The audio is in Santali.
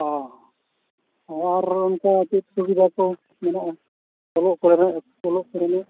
ᱚᱻ ᱟᱨ ᱚᱱᱠᱟ ᱪᱮᱫ ᱥᱩᱵᱤᱫᱷᱟ ᱠᱚ ᱢᱮᱱᱟᱜᱼᱟ ᱚᱞᱚᱜ ᱠᱚᱨᱮᱱᱟᱜ